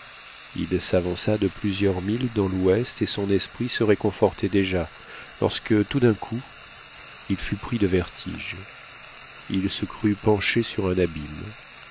il s'avança de plusieurs milles dans l'ouest et son esprit se réconfortait déjà lorsque tout d'un coup il fut pris de vertige il se crut penché sur un abîme